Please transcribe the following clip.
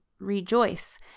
rejoice